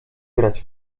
grać